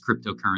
cryptocurrency